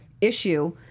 issue